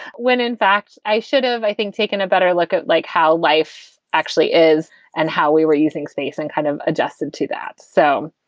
when in fact i should have, i think, taken a better look at like how life actually is and how we were using space and kind of adjusted to that. so,